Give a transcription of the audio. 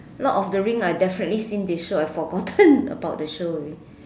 lord of the rings I definitely seen this show I forgotten about the show already